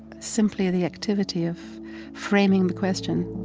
simply the activity of framing the question